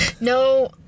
No